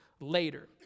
later